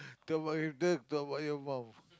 talk about your dad talk about your mum